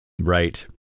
Right